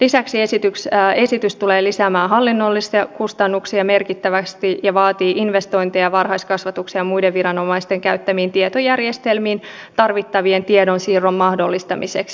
lisäksi esitys tulee lisäämään hallinnollisia kustannuksia merkittävästi ja vaatii investointeja varhaiskasvatuksen ja muiden viranomaisten käyttämiin tietojärjestelmiin tarvittavien tiedonsiirtojen mahdollistamiseksi